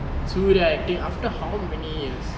surya acting after how many years